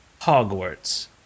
Hogwarts